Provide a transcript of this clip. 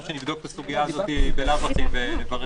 שנבדוק את הסוגיה הזאת בלאו הכי ונברר,